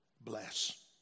bless